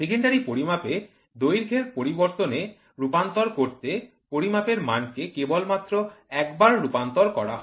secondary পরিমাপ এ দৈর্ঘ্যের পরিবর্তনে রূপান্তর করতে পরিমাপের মানকে কেবলমাত্র একবার রূপান্তর করা হয়